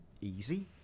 easy